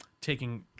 taking